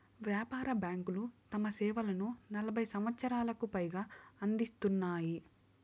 వ్యాపార బ్యాంకులు తమ సేవలను నలభై సంవచ్చరాలకు పైగా అందిత్తున్నాయి